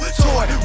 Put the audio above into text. toy